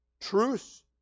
truce